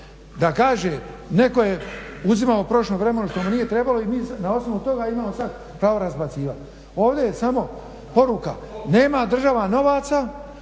da kaže netko je uzimao u prošlom vremenu što mu nije trebalo i mi na osnovu toga mi se imamo pravo razbacivati. Ovdje je samo poruka, nema država novaca